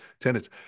tenants